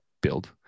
build